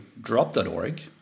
drop.org